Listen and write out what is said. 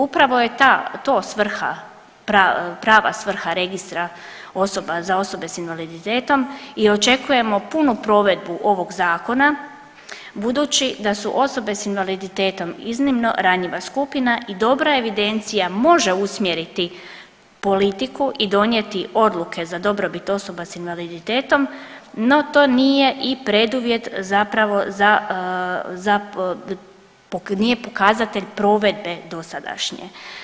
Upravo je ta, to svrha, prava svrha Registra osoba za osobe s invaliditetom i očekujemo punu provedbu ovog Zakona budući da su osobe s invaliditetom iznimno ranjiva skupina i dobra evidencija može usmjeriti politiku i donijeti odluke za dobrobit osoba s invaliditetom, no to nije i preduvjet zapravo za, nije pokazatelj provedbe dosadašnje.